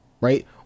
right